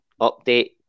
update